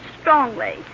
strongly